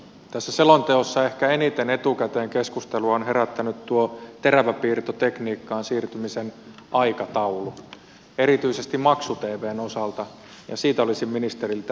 tässä selonteossa ehkä eniten etukäteen keskustelua on herättänyt tuo teräväpiirtotekniikkaan siirtymisen aikataulu erityisesti maksu tvn osalta ja siitä olisin ministeriltä tiedustellut